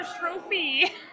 trophy